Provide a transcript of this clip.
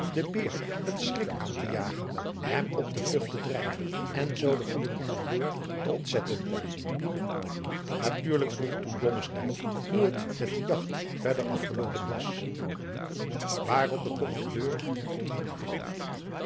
daarmede den beer een schrik aan te jagen hem op de vlugt te drijven en zoo den goeden kommandeur te ontzetten natuurlijk vroeg toen blommesteyn hoe het met die jagt verder afgeloopen was waarop de kommandeur hem toevoegde